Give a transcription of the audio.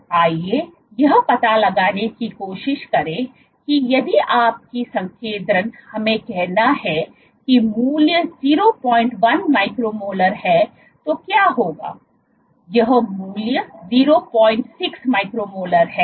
तो आइए यह पता लगाने की कोशिश करें कि यदि आपकी संकेंद्रण हमें कहना है कि मूल्य 01 माइक्रो मोलर है तो क्या होगा यह मूल्य 06 माइक्रो मोलर है